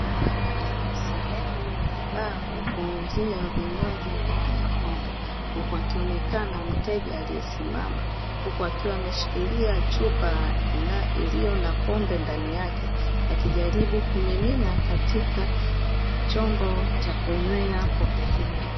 Sehemu ya baa ya kuuzia vinywaji aina ya pombe, huku akionekana mteja aliye simama, huku akiwa ameshikilia chupa na iliyo na pombe ndani yake akijaribu kumimina katika chombo cha kunywea pombe hiyo.